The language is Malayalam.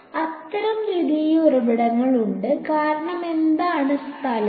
അതിനാൽ അത്തരം ദ്വിതീയ ഉറവിടങ്ങൾ ഉണ്ട് കാരണം എന്താണ് സ്ഥലം